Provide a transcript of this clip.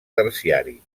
terciari